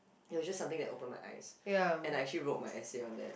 it was just something that opened my eyes and I actually wrote my essay on that